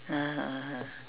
(uh huh) (uh huh)